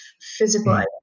physical